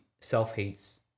self-hates